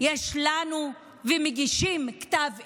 יש לנו, מגישים כתב אישום,